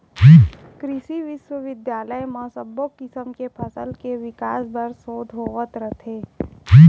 कृसि बिस्वबिद्यालय म सब्बो किसम के फसल के बिकास बर सोध होवत रथे